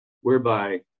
whereby